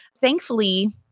Thankfully